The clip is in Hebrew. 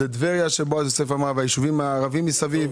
מדובר בטבריה, ביישובים הערבים מסביב.